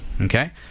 Okay